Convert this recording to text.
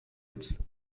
its